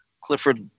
Clifford